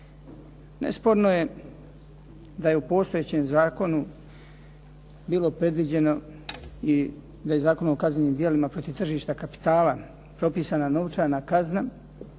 Nesporno je da je u postojećem zakonu bilo predviđeno i da je Zakonom o kaznenim djelima protiv tržišta kapitala propisana novčana kazna,